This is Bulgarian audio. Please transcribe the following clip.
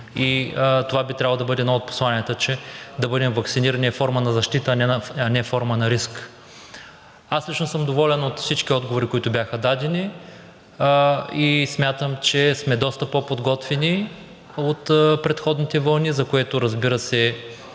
Това би трябвало да бъде едно от посланията, че да бъдем ваксинирани е форма на защита, а не форма на риск. Лично аз съм доволен от всички отговори, които бяха дадени. Смятам, че сме доста по-подготвени от предходните вълни, за което, разбира се,